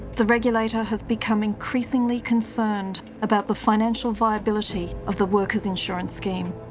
the regulator has become increasingly concerned about the financial viability of the workers insurance scheme.